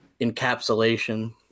encapsulation